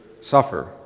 suffer